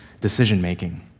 decision-making